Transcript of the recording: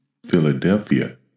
philadelphia